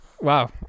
Wow